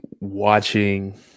watching